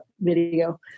video